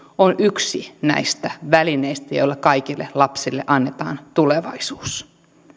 on yksi näistä välineistä joilla kaikille lapsille annetaan tulevaisuus